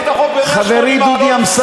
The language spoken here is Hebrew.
הפך לנו את החוק ב-180 מעלות,